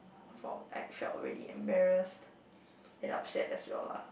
from I felt really embarrassed and upset as well lah